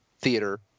theater